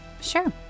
Sure